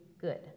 good